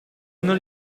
non